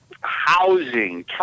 housing